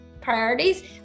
priorities